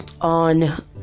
on